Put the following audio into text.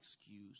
excuse